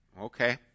Okay